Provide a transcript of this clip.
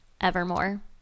Evermore